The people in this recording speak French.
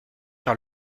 par